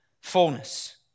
fullness